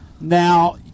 Now